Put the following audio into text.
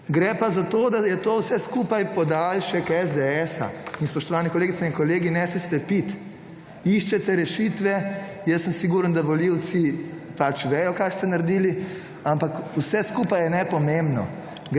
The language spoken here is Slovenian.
Gre pa za to, da je to vse skupaj podaljšek SDS-a. Spoštovane kolegice in kolegi ne se slepiti. Iščete rešitve, jaz sem siguren, da volivci pač vedo kaj ste naredili, ampak vse skupaj je nepomembno.